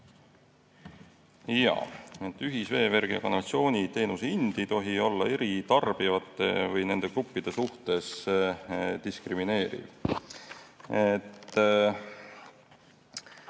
Jaa, ühisveevärgi ja ‑kanalisatsiooni teenuse hind ei tohi olla eri tarbijate või nende gruppide suhtes diskrimineeriv. Eks